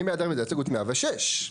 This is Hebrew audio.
מי בעד רביזיה להסתייגות מספר 105?